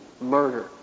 murder